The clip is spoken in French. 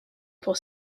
pour